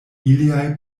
iliaj